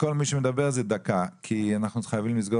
כל מי שמדבר זה דקה כי אנחנו חייבים לסגור